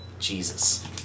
Jesus